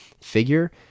figure